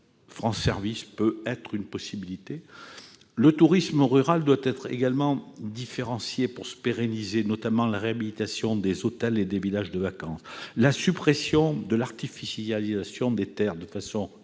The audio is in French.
France Services peut être une possibilité. Le tourisme rural également doit être différencié pour être pérennisé. Je pense notamment à la réhabilitation des hôtels et des villages de vacances. La suppression de l'artificialisation des terres de façon uniforme